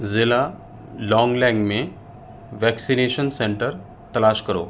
ضلع لانگ لینگ میں vaccination centre تلاش کرو